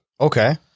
Okay